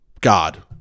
God